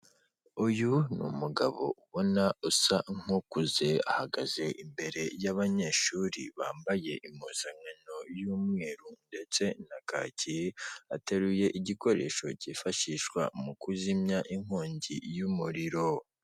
Uyu ni umugabo ubona usa nk'ukuze ahagaze imbere y'abanyeshuri bambaye impuzankano y'umweru ndetse na kaki, ateruye igikoresho cyifashishwa mu kuzimya inkongi y'umuriro.